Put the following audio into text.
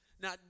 Now